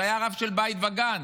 שהיה הרב של בית וגן.